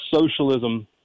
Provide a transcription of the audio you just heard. socialism